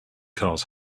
cars